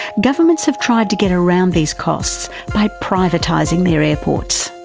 governments have tried to get around these costs by privatising their airports.